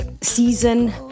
season